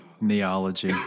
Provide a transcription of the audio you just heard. Neology